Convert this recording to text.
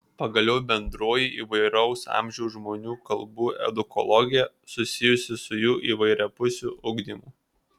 pagaliau bendroji įvairaus amžiaus žmonių kalbų edukologija susijusi su jų įvairiapusiu ugdymu